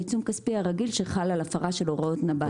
העיצום הכספי הרגיל שחל על הפרה של הוראות נב"ת.